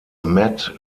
matt